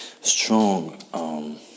strong